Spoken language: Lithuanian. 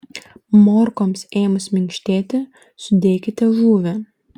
morkoms ėmus minkštėti sudėkite žuvį